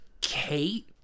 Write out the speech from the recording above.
kate